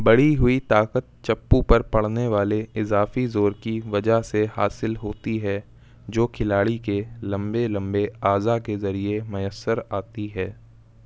بڑھی ہوئی طاقت چپو پر پڑنے والے اضافی زور کی وجہ سے حاصل ہوتی ہے جو کھلاڑی کے لمبے لمبے اعضاء کے ذریعہ میسر آتی ہے